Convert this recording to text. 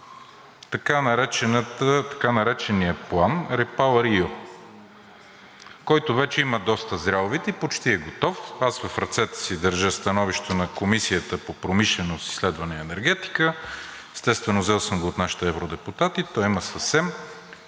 така нареченият План REPowerEU, който вече има доста зрял вид и почти е готов. Аз в ръцете си държа становището на Комисията по промишленост, изследвания и енергетика. Естествено, взел съм го от нашите евродепутати. Той има съвсем